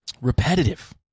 Repetitive